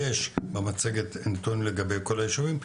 יש במצגת נתונים לגבי כל היישובים,